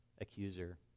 accuser